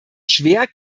schwer